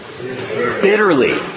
Bitterly